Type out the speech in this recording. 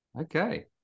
okay